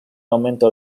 aumento